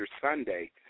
Sunday